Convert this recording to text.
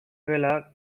gela